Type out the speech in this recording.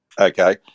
Okay